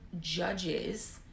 judges